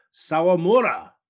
Sawamura